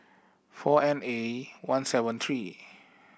four N A one seven three